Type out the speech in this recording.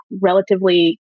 relatively